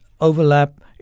overlap